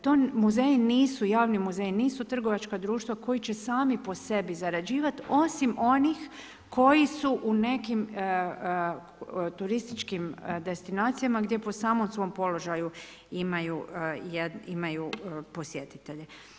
To muzeji nisu, javni muzeji nisu trgovačka društva koji će sami po sebi zarađivat, osim onih koji su u nekim turističkim destinacijama gdje po samom svojem položaju imaju posjetitelje.